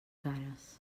cares